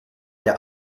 der